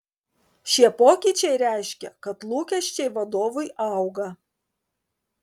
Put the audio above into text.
šie pokyčiai reiškia kad lūkesčiai vadovui auga